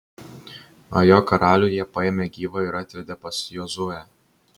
ajo karalių jie paėmė gyvą ir atvedė pas jozuę